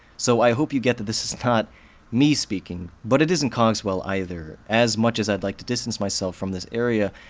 so i hope you get that this is not me speaking, but it isn't cogswell either as much as i'd like to distance myself from this area,